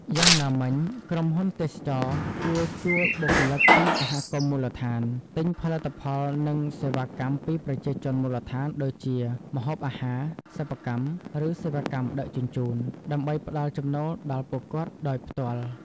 យ៉ាងណាមិញ ក្រុមហ៊ុនទេសចរណ៍គួរជួលបុគ្គលិកពីសហគមន៍មូលដ្ឋាន ទិញផលិតផលនិងសេវាកម្មពីប្រជាជនមូលដ្ឋានដូចជាម្ហូបអាហារ សិប្បកម្ម ឬសេវាកម្មដឹកជញ្ជូន ដើម្បីផ្ដល់ចំណូលដល់ពួកគាត់ដោយផ្ទាល់។